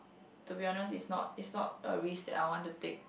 to be honest it's not it's not a risk that I want to take